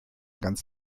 ganz